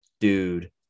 Dude